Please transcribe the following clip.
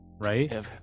right